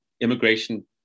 immigration